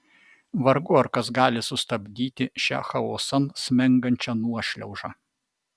vargu ar kas gali sustabdyti šią chaosan smengančią nuošliaužą